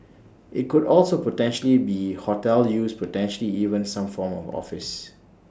IT could also potentially be hotel use potentially even some form of office